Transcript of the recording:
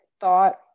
thought